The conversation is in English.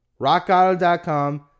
RockAuto.com